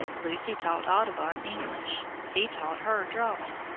lucy taught audubon english, he taught her drawing,